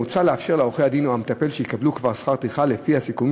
מוצע לאפשר לעורך-דין או המטפל שקיבלו כבר שכר טרחה לפי הסיכומים